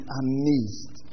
amazed